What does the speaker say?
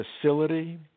facility